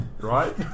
right